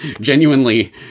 genuinely